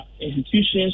institutions